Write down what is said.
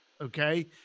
Okay